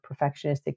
perfectionistic